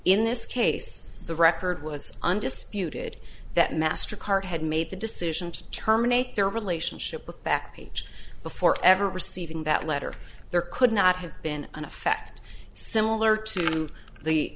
in this case the record was undisputed that mastercard had made the decision to terminate their relationship with back page before ever receiving that letter there could not have been an effect similar to the